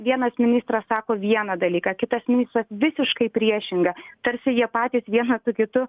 vienas ministras sako vieną dalyką kitas ministras visiškai priešingą tarsi jie patys vienas su kitu